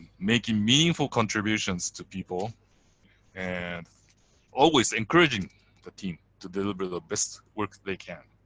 making meaningful contributions to people and always encouraging the team to deliver the best work they can.